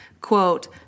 quote